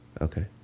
Okay